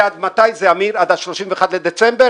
זה עד ה-31 בדצמבר?